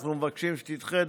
אנחנו מבקשים שתדחה,